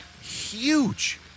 Huge